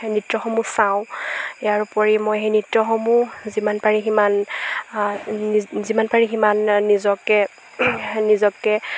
নৃত্যসমূহ চাওঁ ইয়াৰ উপৰি মই সেই নৃত্যসমূহ যিমান পাৰি সিমান যিমান পাৰি সিমান নিজকে নিজকে